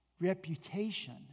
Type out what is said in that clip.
reputation